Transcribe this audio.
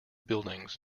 buildings